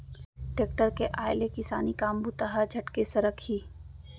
tractor के आय ले किसानी काम बूता ह झटके सरकही